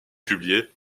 publié